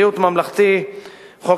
חוק